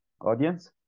audience